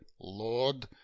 lord